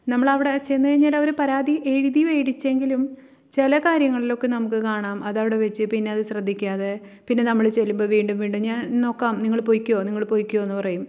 നമ്മളവിടെ ചെന്നു കഴിഞ്ഞാൽ അവർ പരാതി എഴുതി മേടിച്ചെങ്കിലും ചില കാര്യങ്ങളിലൊക്കെ നമുക്ക് കാണാം അതവിടെ വെച്ച് പിന്നത് ശ്രദ്ധിക്കാതെ പിന്നെ നമ്മൾ ചെല്ലുമ്പോൾ വീണ്ടും വീണ്ടും അത് ഞാൻ നോക്കാം നിങ്ങൾ പൊയ്ക്കൊ നിങ്ങൾ പൊയ്ക്കോയെന്നു പറയും